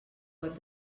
web